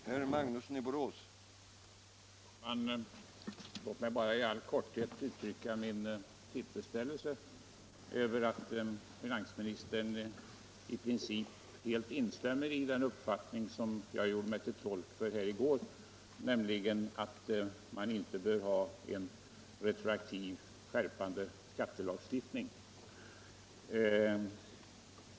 Herr talman! Låt mig bara i all korthet uttrycka min tillfredsställelse över att finansministern i princip helt instämmer i den uppfattning som jag gjorde mig till tolk för i går, nämligen att man inte bör ha en retroaktiv, skärpande skattelagstiftning.